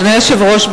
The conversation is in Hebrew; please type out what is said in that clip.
אדוני היושב-ראש,